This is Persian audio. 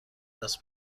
است